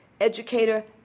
educator